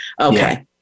Okay